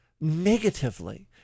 negatively